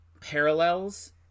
parallels